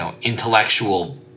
intellectual